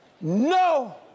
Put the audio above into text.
No